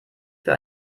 für